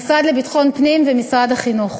המשרד לביטחון הפנים ומשרד החינוך.